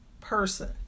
person